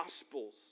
Gospels